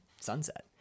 sunset